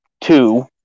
two